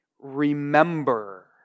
Remember